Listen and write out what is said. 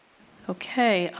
okay.